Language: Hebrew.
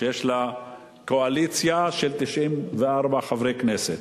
שיש לה קואליציה של 94 חברי כנסת.